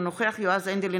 אינו נוכח יועז הנדל,